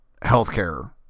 healthcare